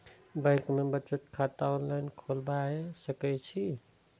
Bank में बचत खाता ऑनलाईन खोलबाए सके छी?